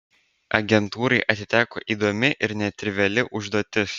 agentūrai atiteko įdomi ir netriviali užduotis